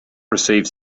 receive